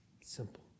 simple